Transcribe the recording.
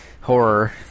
horror